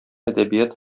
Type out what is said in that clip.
әдәбият